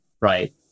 right